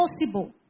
possible